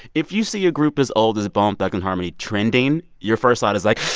if you see a group as old as bone thugs-n-harmony trending your first thought is, like,